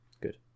Good